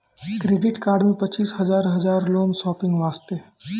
Credit card मे पचीस हजार हजार लोन शॉपिंग वस्ते?